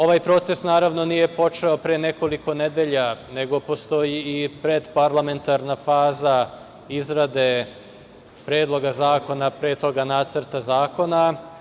Ovaj proces naravno nije počeo pre nekoliko nedelja, nego postoji i predparlamentarna faza izrade predloga zakona, pre toga nacrta zakona.